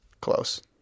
close